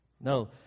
No